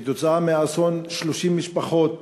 כתוצאה מהאסון 30 משפחות